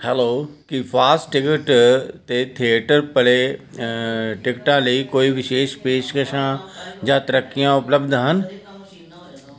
hello ਕੀ fast ticket 'ਤੇ theatre play ਟਿਕਟਾਂ ਲਈ ਕੋਈ ਵਿਸ਼ੇਸ਼ ਪੇਸ਼ਕਸ਼ਾਂ ਜਾਂ ਤਰੱਕੀਆਂ ਉਪਲੱਬਧ ਹਨ